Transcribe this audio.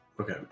Okay